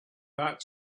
that